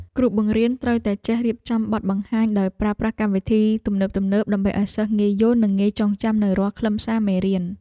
គ្រូបង្រៀនត្រូវតែចេះរៀបចំបទបង្ហាញដោយប្រើប្រាស់កម្មវិធីទំនើបៗដើម្បីឱ្យសិស្សងាយយល់និងងាយចងចាំនូវរាល់ខ្លឹមសារមេរៀន។